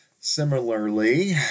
Similarly